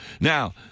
Now